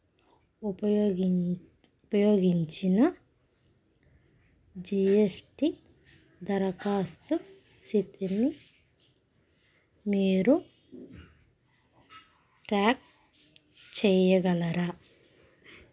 ఉపయోగించిన G S T దరఖాస్తు స్థితిని మీరు ట్రాక్ చేయగలరా